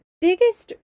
biggest